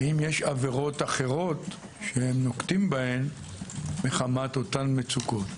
האם יש עבירות אחרות שהם נוקטים בהן מחמת אותן מצוקות?